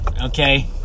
okay